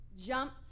Jump